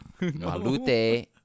Malute